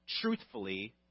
truthfully